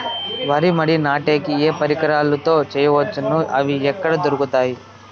వరి మడి నాటే కి ఏ పరికరాలు తో వేయవచ్చును అవి ఎక్కడ దొరుకుతుంది?